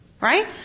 Right